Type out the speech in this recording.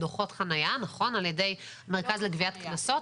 דוחות חנייה על ידי המרכז לגביית קנסות.